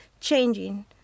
changing